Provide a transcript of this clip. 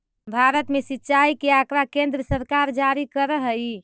भारत में सिंचाई के आँकड़ा केन्द्र सरकार जारी करऽ हइ